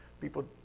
People